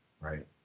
right